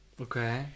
Okay